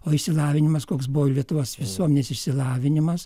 o išsilavinimas koks buvo lietuvos visuomenės išsilavinimas